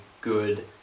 good